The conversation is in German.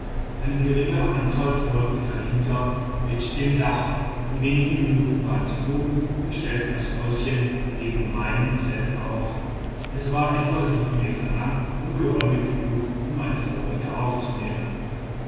eine geringere anzahl folgte dahinter mit dem dach in wenigen minuten waren sie oben und stellten das häuschen neben meinem zelt auf es war etwa sieben meter lang und geräumig genug um meine vorräte aufzunehmen